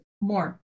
more